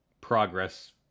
progress